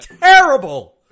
terrible